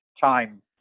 time